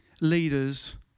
leaders